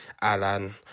Alan